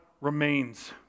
remains